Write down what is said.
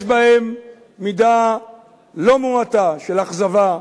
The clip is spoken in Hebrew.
יש בהם מידה לא מועטה של אכזבה,